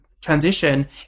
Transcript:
transition